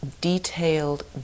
detailed